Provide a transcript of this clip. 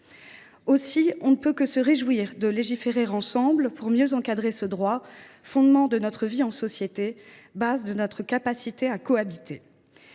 Aussi ne peut on que se réjouir de légiférer pour mieux encadrer ce droit, qui est le fondement de notre vie en société, la base de notre capacité à cohabiter.